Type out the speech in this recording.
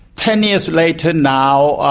ten years later now,